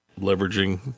leveraging